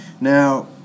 now